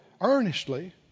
earnestly